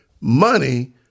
money